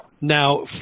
Now